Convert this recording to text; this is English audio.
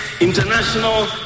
international